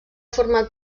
format